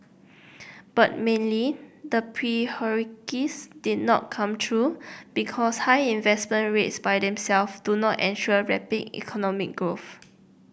but mainly the prophecies did not come true because high investment rates by themselves do not ensure rapid economic growth